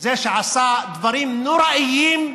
זה שעשה דברים נוראיים.